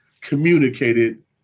communicated